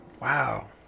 Wow